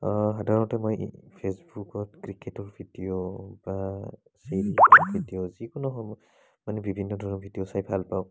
সাধাৰণতে মই ফেচবুকত ক্ৰিকেটৰ ভিডিঅ' বা কেতিয়াও যিকোনো সময়ত মানে বিভিন্ন সময়ত ভিডিঅ' চাই ভাল পাওঁ